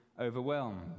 overwhelmed